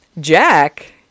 Jack